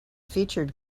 featured